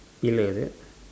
pillar is it